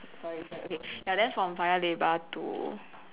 sorry sorry okay ya then from Paya-Lebar to